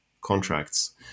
Contracts